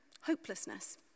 hopelessness